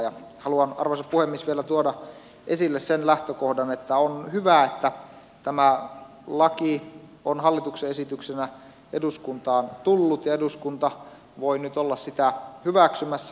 haluan arvoisa puhemies vielä tuoda esille sen lähtökohdan että on hyvä että tämä laki on hallituksen esityksenä eduskuntaan tullut ja eduskunta voi nyt olla sitä hyväksymässä